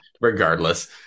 regardless